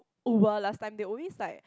Uber last time they always like